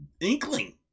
inkling